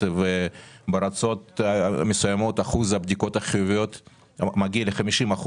ובארצות מסוימות שיעור הבדיקות החיוביות מגיע ל-50%.